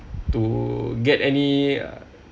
to get any